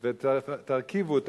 מכל גלגל, ותרכיבו את